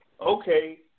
okay